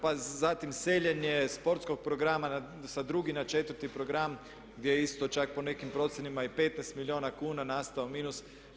Pa zatim seljenje sportskog programa sa drugi na četvrti program gdje je isto čak po nekim procjenama i 15 milijuna kuna nastao minus.